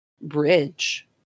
bridge